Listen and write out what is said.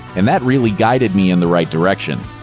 and that really guided me in the right direction.